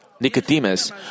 Nicodemus